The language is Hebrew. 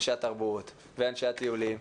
אנשי התרבות ואנשי הטיולים,